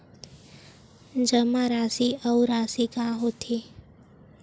जमा राशि अउ राशि का होथे?